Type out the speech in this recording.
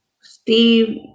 Steve